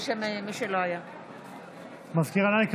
מזכירת הכנסת,